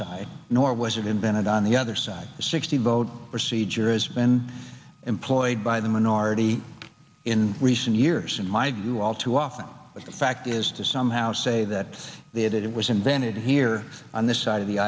side nor was it invented on the other side the sixty vote procedure has been employed by the minority in recent years in my view all too often but the fact is to somehow say that the it it was invented here on this side of the